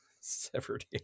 severed